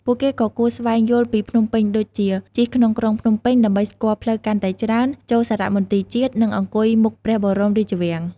ពួកគេក៏គួរស្វែងយល់ពីភ្នំពេញដូចជា ជិះក្នុងក្រុងភ្នំពេញ ដើម្បីស្គាល់ផ្លូវកាន់តែច្រើន ចូលសារមន្ទីរជាតិ និងអង្គុយមុខព្រះបរមរាជវាំង។